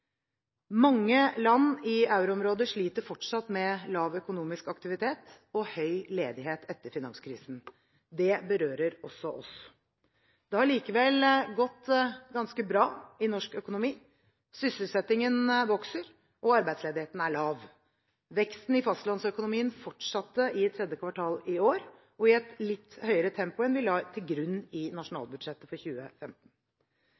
Mange land i euroområdet sliter fortsatt med lav økonomisk aktivitet og høy ledighet etter finanskrisen. Det berører også oss. Det har likevel gått ganske bra i norsk økonomi. Sysselsettingen vokser, og arbeidsledigheten er lav. Veksten i fastlandsøkonomien fortsatte i tredje kvartal i år, og i et litt høyere tempo enn vi la til grunn i